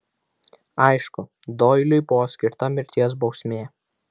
aišku doiliui buvo skirta mirties bausmė